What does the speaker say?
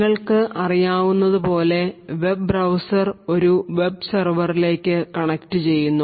നിങ്ങൾക്ക് അറിയാവുന്നതുപോലെ പോലെ വെബ് ബ്രൌസർ ഒരു വെബ്സർവറിലേക്ക് കണക്റ്റുചെയ്യുന്നു